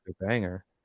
banger